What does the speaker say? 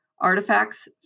artifacts